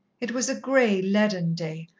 it was a grey, leaden day,